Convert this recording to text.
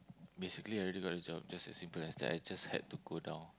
basically I already got the job just as simple as that I just had to go down